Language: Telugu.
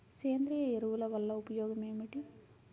సేంద్రీయ ఎరువుల వల్ల ఉపయోగమేమిటీ?